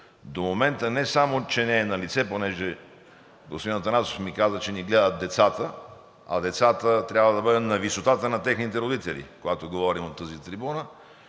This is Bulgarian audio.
до момента не само че не е налице, понеже господин Атанасов ми каза, че ни гледат децата, а за децата трябва да бъдем на висотата на техните родители, когато говорим от тази трибуна.